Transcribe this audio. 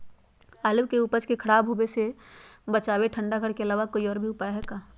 आलू के उपज के खराब होवे से बचाबे ठंडा घर के अलावा कोई और भी उपाय है का?